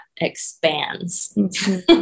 expands